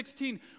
16